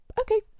okay